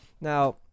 Now